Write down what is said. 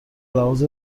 لحاظ